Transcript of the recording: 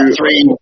three